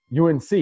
UNC